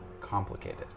complicated